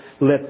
let